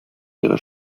ihre